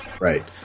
Right